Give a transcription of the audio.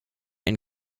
and